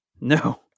No